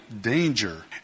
danger